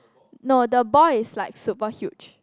no the ball is like super huge